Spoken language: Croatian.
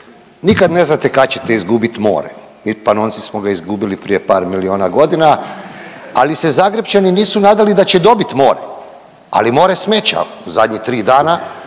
nikad ne znate kad ćete izgubiti more, mi Panonci smo ga izgubili prije par miliona godina, ali se Zagrepčani nisu nadali da će dobiti more, ali more smeća u zadnjih 3 dana